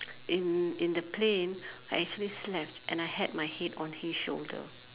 in in the plane I actually slept and I had my head on his shoulder